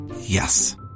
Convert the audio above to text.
Yes